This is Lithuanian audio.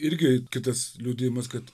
irgi kitas liudijimas kad